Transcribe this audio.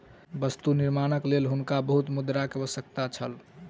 वस्तु निर्माणक लेल हुनका बहुत मुद्रा के आवश्यकता छल